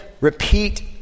repeat